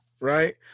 Right